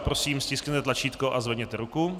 Prosím, stiskněte tlačítko a zvedněte ruku.